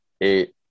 eight